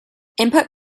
input